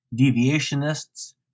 deviationists